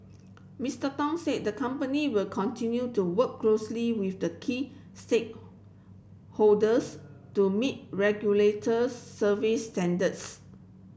Mister Tong said the company will continue to work closely with the key stake holders to meet regulator service standards